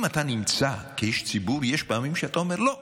אם אתה נמצא כאיש ציבור, יש פעמים שאתה אומר: לא.